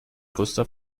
größter